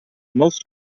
most